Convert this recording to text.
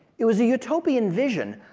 it was a utopian vision,